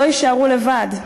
לא יישארו לבד.